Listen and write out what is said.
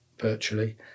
virtually